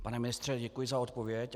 Pane ministře, děkuji za odpověď.